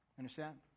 understand